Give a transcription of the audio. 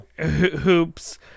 hoops